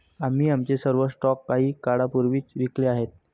आम्ही आमचे सर्व स्टॉक काही काळापूर्वीच विकले आहेत